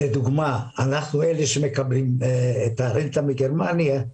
לדוגמה, אנחנו, אלה שמקבלים את הרנטה מגרמניה,